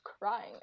crying